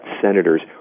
senators